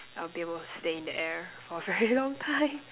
I'll be able to stay in the air for very long time